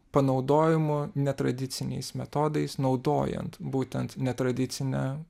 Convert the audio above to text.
panaudojimu netradiciniais metodais naudojant būtent netradicinę